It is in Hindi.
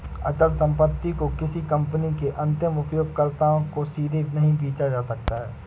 अचल संपत्ति को किसी कंपनी के अंतिम उपयोगकर्ताओं को सीधे नहीं बेचा जा सकता है